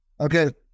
okay